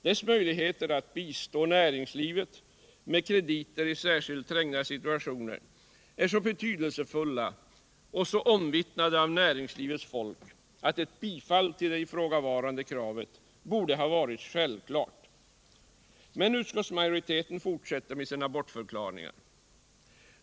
Dess möjligheter att bistå näringslivet med krediter i särskilt trängda situationer är så betydelsefulla och så omvittnade av näringslivets folk att ett bifall till ifrågavarande krav borde ha varit självklart. Men utskottsmajoriteten fortsätter med sina bortförklaringar.